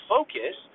Focus